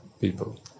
people